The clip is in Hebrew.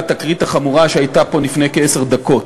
התקרית החמורה שהייתה פה לפני כעשר דקות.